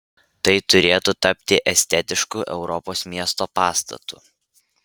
tai turėtų tapti estetišku europos miesto pastatu